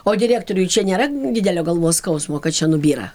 o direktoriui čia nėra didelio galvos skausmo kad čia nubyra